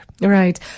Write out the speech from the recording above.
Right